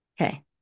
Okay